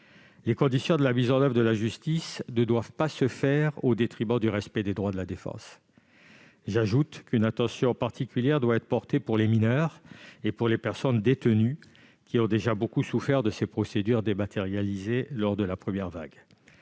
Les conditions de mise en oeuvre de la justice ne doivent pas se faire au détriment du respect des droits de la défense. J'ajoute qu'une attention particulière doit être portée aux mineurs et aux personnes détenues, qui ont déjà beaucoup souffert de ces procédures dématérialisées lors de la première vague.